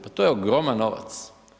Pa to je ogroman novac.